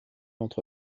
entre